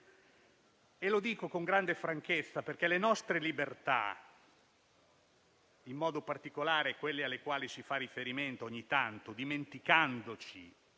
Lo dico con grande franchezza, perché le nostre libertà, in modo particolare quelle alle quali si fa riferimento ogni tanto (dimenticandoci